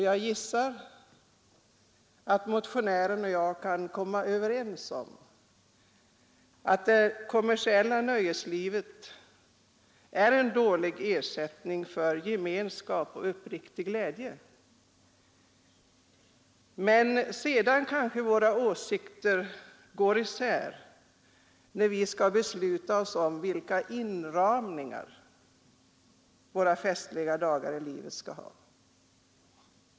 Jag gissar att motionären och jag kan komma överens om att det kommersiella nöjeslivet är en dålig ersättning för gemenskap och uppriktig glädje. Men sedan kanske våra åsikter går isär när vi skall besluta oss för vilka utformningar våra festliga dagar i livet skall ha.